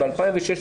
ב-2016,